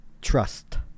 trust